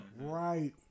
Right